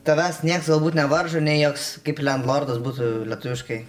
tavęs niekas galbūt nevaržo nei joks kaip lendlordas būtų lietuviškai